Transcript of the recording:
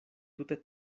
tute